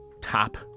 top